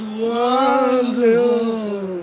wonderful